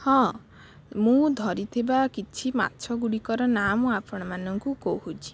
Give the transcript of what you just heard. ହଁ ମୁଁ ଧରିଥିବା କିଛି ମାଛ ଗୁଡ଼ିକର ନାଁ ମୁଁ ଆପଣମାନଙ୍କୁ କହୁଛି